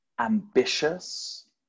ambitious